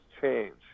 change